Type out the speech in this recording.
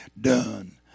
done